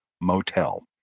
Motel